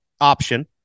option